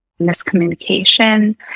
miscommunication